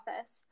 office